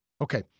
Okay